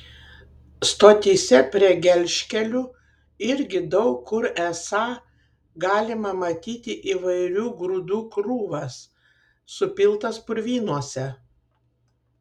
stotyse prie gelžkelių irgi daug kur esą galima matyti įvairių grūdų krūvas supiltas purvynuose